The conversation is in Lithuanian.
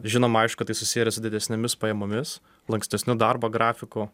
žinoma aišku tai susiję ir su didesnėmis pajamomis lankstesniu darbo grafiku